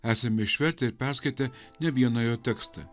esame išvertę ir perskaitė ne vieną jo tekstą